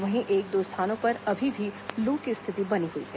वहीं एक दो स्थानों पर अभी भी लू की स्थिति बनी हुई है